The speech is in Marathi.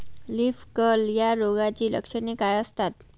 लीफ कर्ल या रोगाची लक्षणे काय असतात?